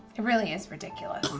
it really is ridiculous.